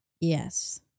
Yes